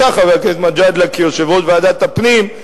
חבר הכנסת מג'אדלה כיושב-ראש ועדת הפנים,